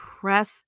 press